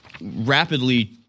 rapidly